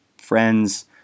friends